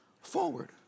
forward